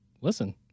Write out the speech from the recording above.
Listen